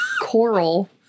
coral